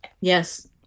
yes